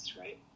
right